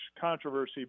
controversy